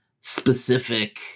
specific